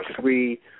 Three